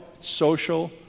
social